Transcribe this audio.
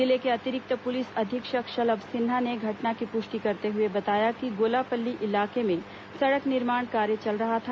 जिले के अतिरिक्त पुलिस अधीक्षक शलभ सिन्हा ने घटना की पुष्टि करते हुए बताया कि गोलापल्ली इलाके में सड़क निर्माण कार्य चल रहा था